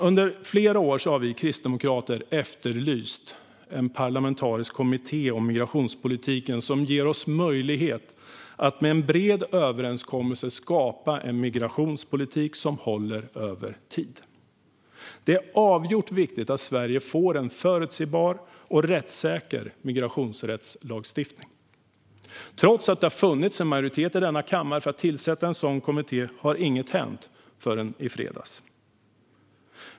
Under flera år har vi kristdemokrater efterlyst en parlamentarisk kommitté om migrationspolitiken som ger oss möjlighet att med en bred överenskommelse skapa en migrationspolitik som håller över tid. Det är avgjort viktigt att Sverige får en förutsebar och rättssäker migrationsrättslagstiftning. Trots att det har funnits en majoritet i denna kammare för att tillsätta en sådan kommitté har inget hänt, förrän i fredags.